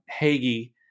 Hagee